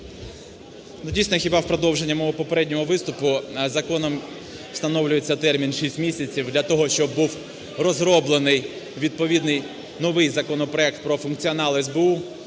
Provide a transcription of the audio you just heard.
Дійсно, в продовження попереднього виступу законом встановлюється термін шість місяців для того, щоб був розроблений відповідний новий законопроект про функціонал СБУ,